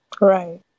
Right